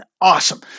awesome